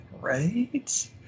right